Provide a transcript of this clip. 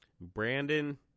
Brandon